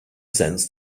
sense